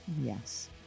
Yes